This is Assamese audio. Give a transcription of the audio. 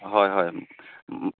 হয় হয়